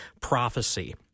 prophecy